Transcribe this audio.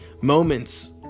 moments